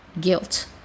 guilt